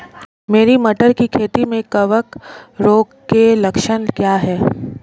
मेरी मटर की खेती में कवक रोग के लक्षण क्या हैं?